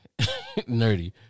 nerdy